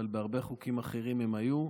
אבל בהרבה חוקים אחרים הם היו.